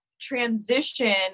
transition